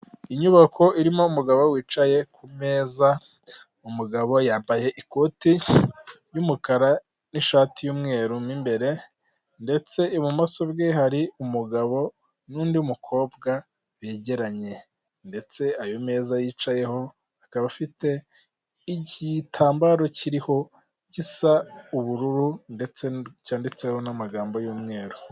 Inyemezabwishyu yatanzwe n'ikigo k'imisoro n'amahoro mu Rwanda kwerekana izina ry'isosiyete, umusoro w'ubucuruzi wishyuwe itariki yishyuriyeho ndetse n'amafaranga yagombagwa kwishyurwa. Inyemezabwishyu irimo kandi amakuru ajyanye n'ishami ry'isosiyete, igihano cy'ubukererwe ni nyungu zishyuwe. Inyandiko yerekana ko umusoro w'ubucuruzi w'umwaka w'ibihumbi bibiri na makumyabiri, wishyuwe mu karere ka Nyarugenge.